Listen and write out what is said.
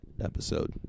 episode